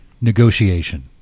Negotiation